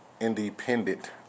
independent